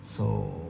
so